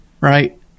right